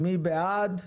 מי בעד?